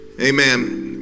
Amen